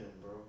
bro